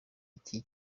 iki